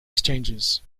exchanges